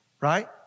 Right